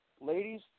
Ladies